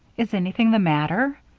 is anything the matter?